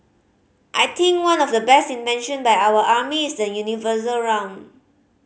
I think one of the best invention by our army is the universal round